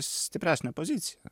stipresnė pozicija